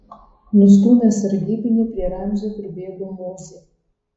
nustūmęs sargybinį prie ramzio pribėgo mozė